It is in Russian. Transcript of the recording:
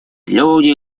люди